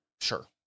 Sure